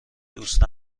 دوست